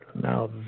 Now